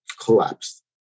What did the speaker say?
collapsed